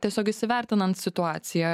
tiesiog įsivertinant situaciją